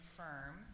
firm